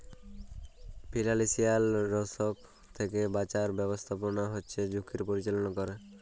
financial risk থ্যাকে বাঁচার ব্যাবস্থাপনা হচ্যে ঝুঁকির পরিচাললা ক্যরে